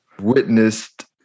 witnessed